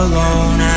Alone